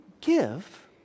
give